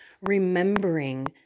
remembering